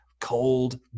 cold